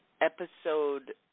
episode